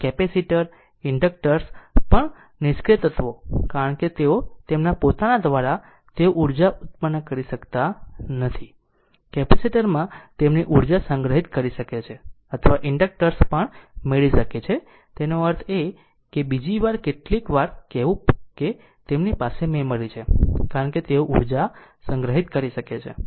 તેથી capacitor inductors પણ નિષ્ક્રીય તત્વો કારણ કે તેઓ તેમના પોતાના દ્વારા તેઓ ઉર્જા ઉત્પન્ન કરી શકતા નથી કેપેસિટર માં તેમની ઉર્જા સંગ્રહિત કરી શકે છે અથવા ઇન્ડક્ટર્સ પણ મેળવી શકે છે તેનો અર્થ છે બીજી રીતે કેટલીકવાર કહેવું કે તેમની પાસે મેમરી છે કારણ કે તેઓ ઉર્જા સંગ્રહિત કરી શકે છે